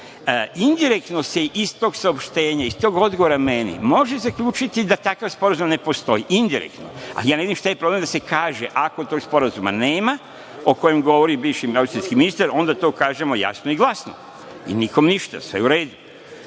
došli. Indirektno se iz tog saopštenja iz tog odgovora meni može zaključiti da takav sporazum ne postoji, indirektno. Ali, ja ne vidim šta je problem da se kaže ako tog sporazuma nema, o kojem govori bivši austrijski ministar, onda kažemo jasno i glasno i nikome ništa, sve je u redu.